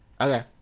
Okay